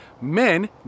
Men